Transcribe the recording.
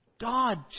God